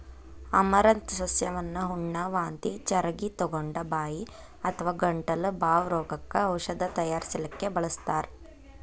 amaranth ಸಸ್ಯವನ್ನ ಹುಣ್ಣ, ವಾಂತಿ ಚರಗಿತೊಗೊಂಡ, ಬಾಯಿ ಅಥವಾ ಗಂಟಲ ಬಾವ್ ರೋಗಕ್ಕ ಔಷಧ ತಯಾರಿಸಲಿಕ್ಕೆ ಬಳಸ್ತಾರ್